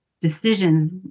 decisions